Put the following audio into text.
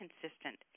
consistent